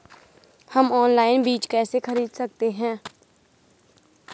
हम ऑनलाइन बीज कैसे खरीद सकते हैं?